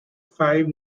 five